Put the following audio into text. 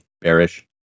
bearish